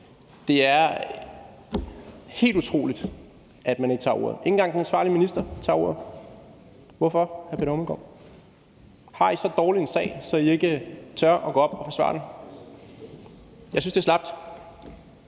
Det er helt utroligt, at man ikke tager ordet. Ikke engang den ansvarlige minister, justitsministeren, tager ordet. Hvorfor? Har I så dårlig en sag, at I ikke tør gå op og forsvare den? Jeg synes, det er slapt.